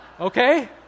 Okay